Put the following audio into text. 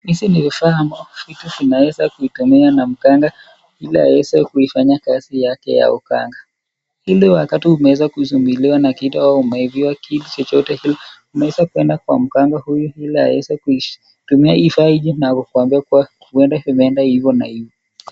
Vifaa ambavyo vinaweza kutumiwa na mganga ili aweze kuifanya kazi yake ya uganga. Ile wakati umeweza kusumbuliwa na kitu au umeibiwa kitu chochote tu unaeza kwenda kwa mganga huyu ili aweze kutumia vifaa hivi na kukwambia kuwa huenda imeenda hivi na hivi.